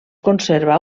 conserva